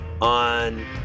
on